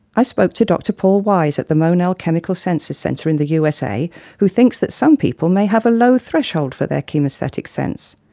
i spoke to dr paul wise at the monell chemical senses center in the usa who thinks that some people may have a low threshold for their chemesthetic sense.